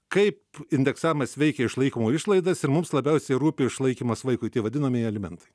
kaip indeksamas veikia išlaikomo išlaidas ir mums labiausiai rūpi išlaikymas vaikui tai vadinamieji alimentai